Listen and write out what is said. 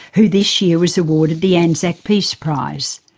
who this year was awarded the anzac peace prize.